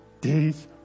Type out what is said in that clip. days